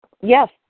Yes